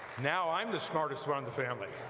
now i'm the smartest one in the family!